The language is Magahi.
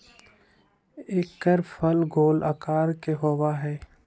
एकर फल गोल आकार के होबा हई